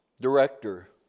director